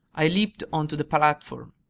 i leaped onto the platform.